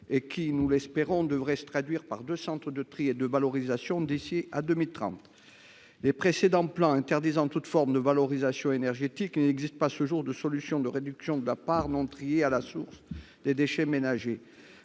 du moins l’espérons nous, par deux centres de tri et de valorisation d’ici à 2030. Les précédents plans interdisant toute forme de valorisation énergétique, il n’existe pas, à ce jour, de solutions de réduction de la part d’entrée à la source des déchets ménagers.